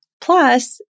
Plus